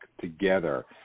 together